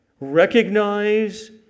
Recognize